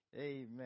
Amen